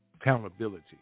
Accountability